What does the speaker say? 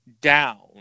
down